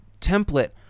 template